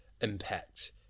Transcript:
impact